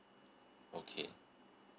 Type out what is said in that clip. okay